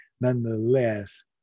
Nonetheless